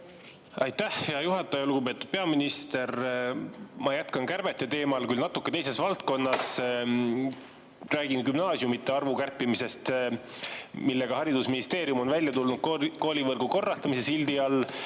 Aitäh, hea juhataja! Lugupeetud peaminister! Ma jätkan kärbete teemal, kuid natuke teises valdkonnas. Räägin gümnaasiumide arvu kärpimisest, millega haridusministeerium on välja tulnud koolivõrgu korrastamise sildi all.